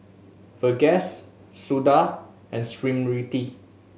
Verghese Suda and Smriti